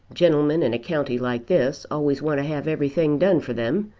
gentlemen in a county like this always want to have everything done for them,